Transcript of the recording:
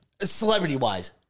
Celebrity-wise